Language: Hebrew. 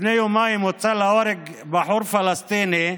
לפני יומיים הוצא להורג בחור פלסטיני,